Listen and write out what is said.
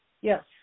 Yes